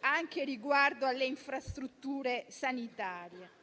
anche riguardo alle infrastrutture sanitarie.